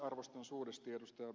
arvostan suuresti ed